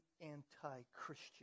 anti-Christian